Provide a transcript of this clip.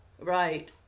Right